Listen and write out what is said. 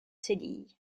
cédille